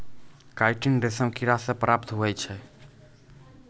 chitin रेशम किड़ा से प्राप्त हुवै छै